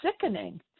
sickening